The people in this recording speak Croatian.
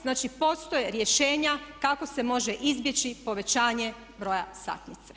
Znači, postoje rješenja kako se može izbjeći povećanje broja satnice.